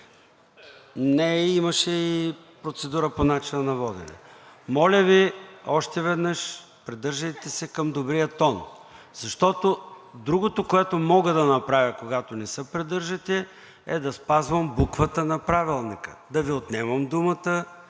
нея имаше и процедура по начина на водене, моля Ви още веднъж, придържайте се към добрия тон, защото другото, което мога да направя, когато не се придържате, е да спазвам буквата на Правилника – да Ви отнемам думата,